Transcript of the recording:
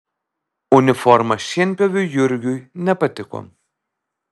uniforma šienpjoviui jurgiui nepatiko